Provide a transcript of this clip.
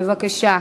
בבקשה.